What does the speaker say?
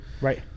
Right